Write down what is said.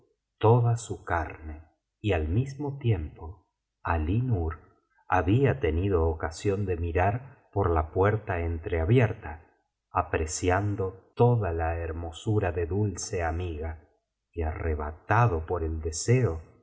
toda su carne y al mismo tiempo alí nur había tenido ocasión de mirar por la puerta entreabierta apreciando toda la hermosura de dulce amiga y arrebatado por el deseo